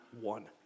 one